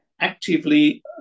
actively